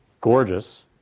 gorgeous